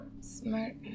Smart